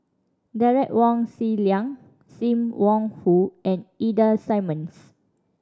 Derek Wong Zi Liang Sim Wong Hoo and Ida Simmons